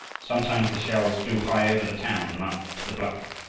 sometimes the shells flew high over the town and up to the bluff,